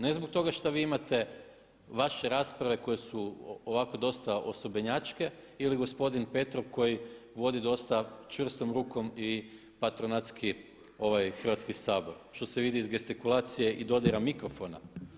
Ne zbog toga šta vi imate vaše rasprave koje su ovako dosta osobenjačke ili gospodin Petrov koji vodi dosta čvrstom rukom i patronatski ovaj Hrvatski sabor što se vidi iz gestikulacije i dodira mikrofona.